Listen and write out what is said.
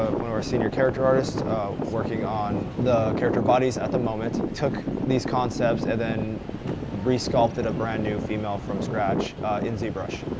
ah one of our senior character artists working on the character bodies at the moment, took these concepts then resculpted a brand new female from scratch in zbrush.